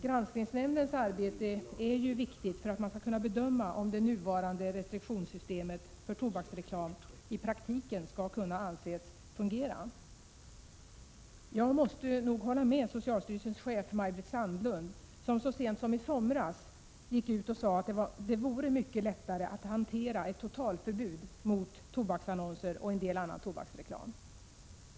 Granskningsnämndens arbete är viktigt för att det skall vara möjligt att bedöma om det nuvarande restriktionssystemet för tobaks 9 reklam i praktiken skall kunna anses fungera. Jag måste nog hålla med socialstyrelsens chef Maj-Britt Sandlund, som så sent som i somras sade att det vore mycket lättare att hantera ett totalförbud mot tobaksannonser och en del annan tobaksreklam.